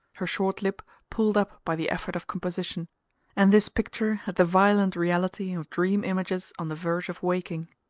her short lip pulled up by the effort of composition and this picture had the violent reality of dream-images on the verge of waking.